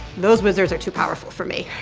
those wizards are too powerful for me.